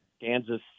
Kansas